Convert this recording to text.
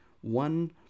one